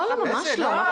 לא, ממש לא.